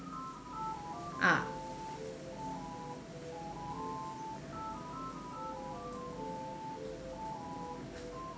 ah